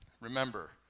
remember